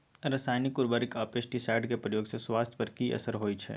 रसायनिक उर्वरक आ पेस्टिसाइड के प्रयोग से स्वास्थ्य पर कि असर होए छै?